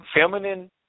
feminine